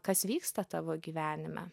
kas vyksta tavo gyvenime